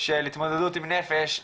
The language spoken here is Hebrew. של התמודדות עם נפש,